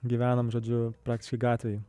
gyvenom žodžiu praktiškai gatvėj